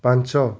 ପାଞ୍ଚ